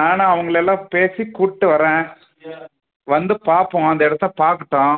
நானும் அவங்களெல்லாம் பேசி கூட்டு வரேன் வந்து பார்ப்போம் அந்த இடத்த பார்த்துட்டோம்